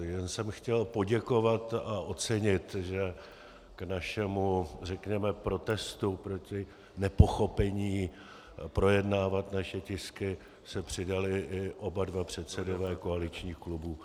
Jen jsem chtěl poděkovat a ocenit, že k našemu řekněme protestu proti nepochopení projednávat naše tisky se přidali i oba dva předsedové koaličních klubů.